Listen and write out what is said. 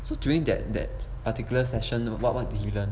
so during that that particular session what what did you learn